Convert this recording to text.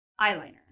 eyeliner